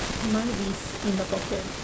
mine is in the pocket